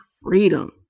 freedom